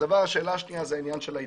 השאלה השנייה זה על עניין ההידברות.